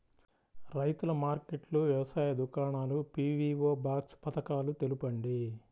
రైతుల మార్కెట్లు, వ్యవసాయ దుకాణాలు, పీ.వీ.ఓ బాక్స్ పథకాలు తెలుపండి?